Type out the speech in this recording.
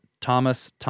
Thomas